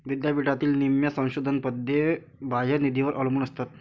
विद्यापीठातील निम्म्या संशोधन पदे बाह्य निधीवर अवलंबून असतात